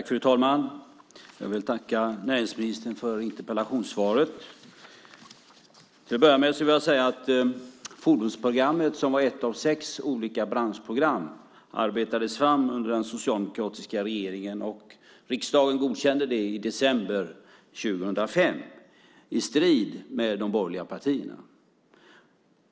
Fru talman! Jag vill tacka näringsministern för interpellationssvaret. Till att börja med vill jag säga att fordonsprogrammet, som var ett av sex olika branschprogram, arbetades fram under den socialdemokratiska regeringen, och riksdagen godkände det i december 2005 i strid med de borgerliga partierna.